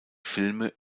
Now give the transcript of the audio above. filme